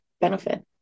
benefit